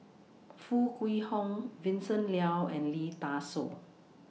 Foo Kwee Horng Vincent Leow and Lee Dai Soh